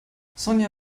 sonja